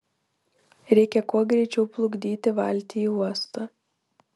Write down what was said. reikia kuo greičiau plukdyti valtį į uostą